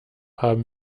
haben